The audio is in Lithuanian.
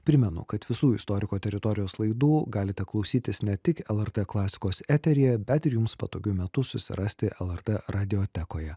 primenu kad visų istoriko teritorijos laidų galite klausytis ne tik lrt klasikos eteryje bet ir jums patogiu metu susirasti lrt radiotekoje